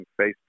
Facebook